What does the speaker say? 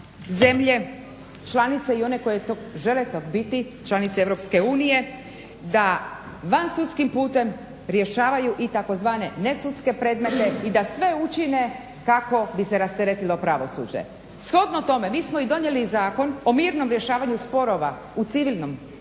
zemlje članice i one koje žele biti članice EU da vansudskim putem rješavaju i tzv. nesudske predmete i da sve učine kako bi se rasteretilo pravosuđe. Shodno tome mi smo i donijeli zakon o mirnom rješavanju sporova u civilnim